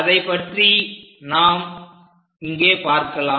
அதைப்பற்றி நாம் இங்கே பார்க்கலாம்